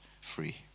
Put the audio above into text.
free